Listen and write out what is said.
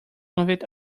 convict